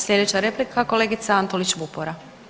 Sljedeća replika kolegica Antolić Vupora.